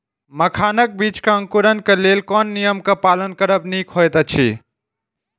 मखानक बीज़ क अंकुरन क लेल कोन नियम क पालन करब निक होयत अछि?